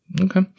Okay